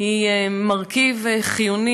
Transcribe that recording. היא מרכיב חיוני,